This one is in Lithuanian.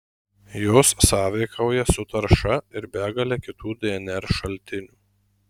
jos sąveikauja su tarša ir begale kitų dnr šaltinių